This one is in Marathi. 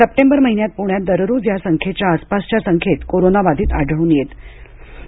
सप्टेबर महिन्यात प्ण्यात दररोज या संख्येच्या आसपासच्या संख्येत कोरोनाबाधित आढळून येत असत